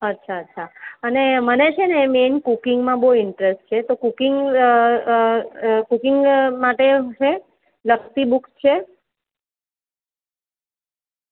અચ્છા અચ્છા અને મને છે ને મેઈન કુકીંગમાં બહુ ઈન્ટ્રેસ્ટ છે તો કુકીંગ કુકીંગ માટે છે લગતી બુક છે